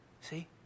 See